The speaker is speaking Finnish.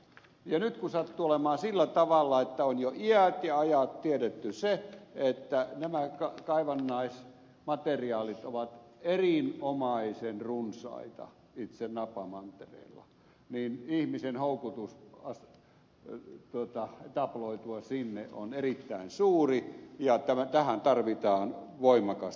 ja nyt kun sattuu olemaan sillä tavalla että on jo iät ja ajat tiedetty se että nämä kaivannaismateriaalit ovat erinomaisen runsaita itse napamantereella niin ihmisen houkutus etabloitua sinne on erittäin suuri ja tähän tarvitaan voimakasta säätelyä